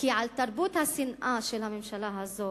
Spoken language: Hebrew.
כי על תרבות השנאה של הממשלה הזו